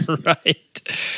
Right